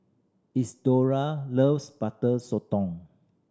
Isidore loves Butter Sotong